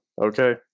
Okay